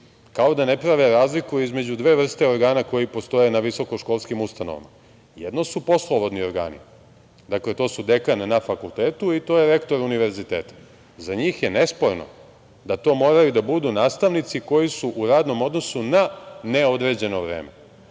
kao da ne prave razliku između dve vrste organa koji postoje na visokoškolskim ustanovama. Jedno su poslovodni organi. Dakle, to su dekan na fakultetu i to je rektor univerziteta. Za njih je nesporno da to moraju da budu nastavnici koji su u radnom odnosu na neodređeno vreme,